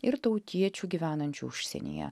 ir tautiečių gyvenančių užsienyje